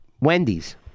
Wendy's